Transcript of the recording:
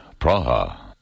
Praha